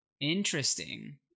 Interesting